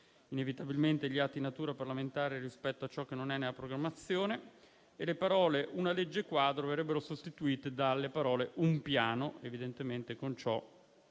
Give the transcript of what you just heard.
inevitabilmente gli atti di natura parlamentare rispetto a ciò che non è nella programmazione; le parole «una legge quadro», inoltre, verrebbero sostituite dalle parole «un piano», evidentemente con ciò